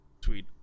tweet